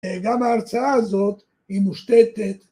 גם ההרצאה הזאת היא מושתתת